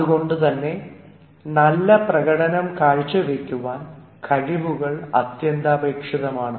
അതുകൊണ്ട് തന്നെ നല്ല പ്രകടനം കാഴ്ചവയ്ക്കുവാൻ കഴിവുകൾ അത്യന്താപേക്ഷിതമാണ്